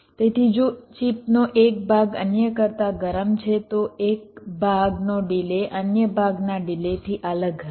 તેથી જો ચિપનો એક ભાગ અન્ય ભાગ કરતાં ગરમ છે તો એક ભાગનો ડિલે અન્ય ભાગના ડિલેથી અલગ હશે